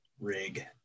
rig